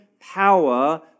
power